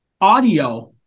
audio